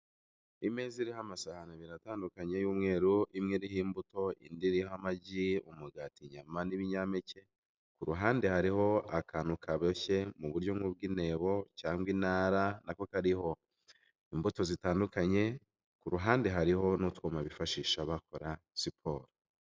Imeza iriho amasahani abiri atandukanye y'umweru, imwe iriho imbuto indi iriho amagi, umugati, inyama, n'ibinyampeke. Kuruhande hariho akantu kaboshye mu buryo bw'intebo cyangwa intara nako kariho imbuto zitandukanye, ku ruhande hariho n'utwuma bifashisha bakora siporo.